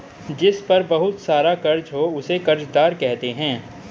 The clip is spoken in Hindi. जिस पर बहुत सारा कर्ज हो उसे कर्जदार कहते हैं